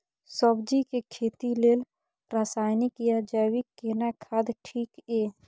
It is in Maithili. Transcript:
सब्जी के खेती लेल रसायनिक या जैविक केना खाद ठीक ये?